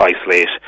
isolate